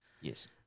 Yes